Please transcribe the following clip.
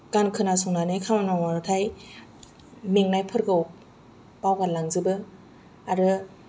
गान खोनासंनानै खामानि मावबाथाय मेंनायफोरखौ बावगारलांजोबो आरो